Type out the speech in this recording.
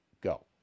Go